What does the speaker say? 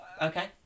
Okay